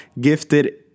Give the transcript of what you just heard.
gifted